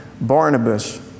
Barnabas